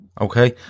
Okay